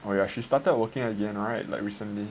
oh yeah she started working again right like recently